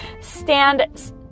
stand